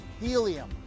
helium